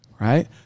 right